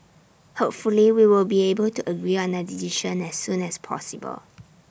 hopefully we will be able to agree on A decision as soon as possible